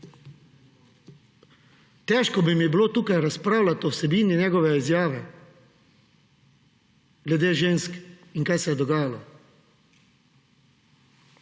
Težko bi mi bilo tukaj razpravljati o vsebini njegove izjave glede žensk in kaj se je dogajalo.